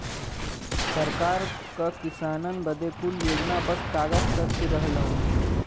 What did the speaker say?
सरकार क किसानन बदे कुल योजना बस कागज तक ही रहल हौ